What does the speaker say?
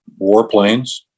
warplanes